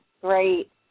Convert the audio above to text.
great